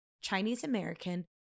Chinese-American